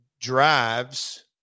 drives